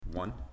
One